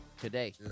Today